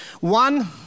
One